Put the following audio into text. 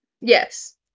Yes